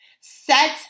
set